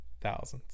Thousands